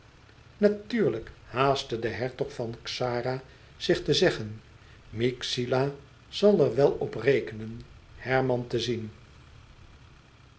natuurlijk haastte de hertog van xara zich te zeggen myxila zal er wel op rekenen herman te zien